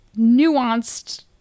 nuanced